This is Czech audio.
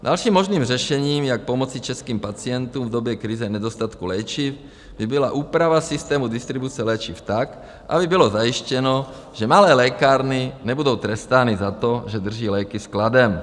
Dalším možným řešením, jak pomoci českým pacientům v době krize nedostatku léčiv, by byla úprava systému distribuce léčiv tak, aby bylo zajištěno, že malé lékárny nebudou trestány za to, že drží léky skladem.